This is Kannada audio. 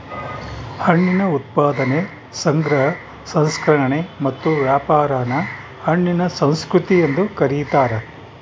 ಹಣ್ಣಿನ ಉತ್ಪಾದನೆ ಸಂಗ್ರಹ ಸಂಸ್ಕರಣೆ ಮತ್ತು ವ್ಯಾಪಾರಾನ ಹಣ್ಣಿನ ಸಂಸ್ಕೃತಿ ಎಂದು ಕರೀತಾರ